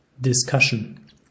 discussion